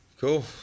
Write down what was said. Cool